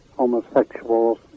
homosexuals